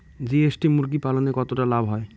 GST মুরগি পালনে কতটা লাভ হয়?